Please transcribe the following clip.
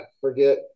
forget